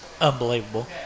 unbelievable